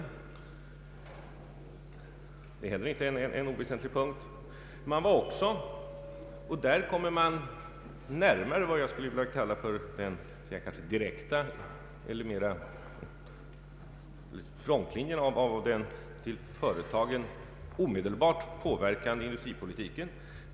Detta är heller inte en oväsentlig punkt. Där kom man närmare vad jag skulle vilja kalla för den direkta frontlinjen av den företagen omedelbart påverkande industripolitiken.